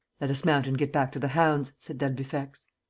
let us mount and get back to the hounds, said d'albufex.